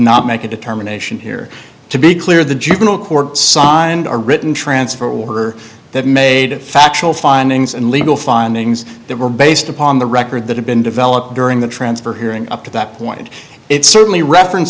not make a determination here to be clear the juvenile court signed or written transfer order that made factual findings and legal findings that were based upon the record that had been developed during the transfer hearing up to that point it certainly reference